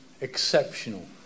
exceptional